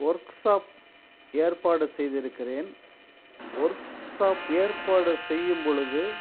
work shop ஏற்பாடு செய்து இருக்கிறேன் ஒர்க் ஷாப் ஏற்பாடு செய்யும் பொழுது